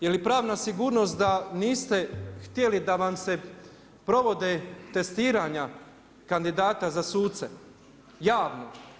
Je li pravna sigurnost da niste htjeli da vam se provode testiranja kandidata za suce javno?